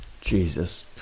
Jesus